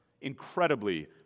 incredibly